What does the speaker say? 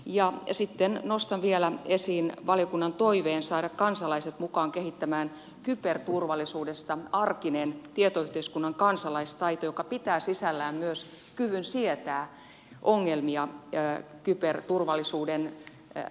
ja sitten nostan vielä esiin valiokunnan toiveen saada kansalaiset mukaan kehittämään kyberturvallisuudesta arkinen tietoyhteiskunnan kansalaistaito joka pitää sisällään niin yhteiskunnalla kuin henkilöillä olevan kyvyn sietää ongelmia kyberturvallisuuden haaksirikoissa